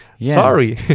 Sorry